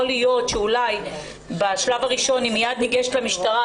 יכול להיות שאולי בשלב הראשון היא מייד נגשת למשטרה,